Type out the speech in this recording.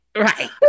Right